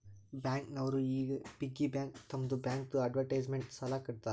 bank ನವರು ಈ piggy bank ತಮ್ಮದು ಬ್ಯಾಂಕ್ದು ಅಡ್ವರ್ಟೈಸ್ಮೆಂಟ್ ಸಲಾಕ ಇಡ್ತಾರ